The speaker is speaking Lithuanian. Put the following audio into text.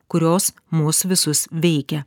kurios mus visus veikia